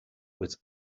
with